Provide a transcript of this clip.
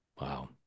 Wow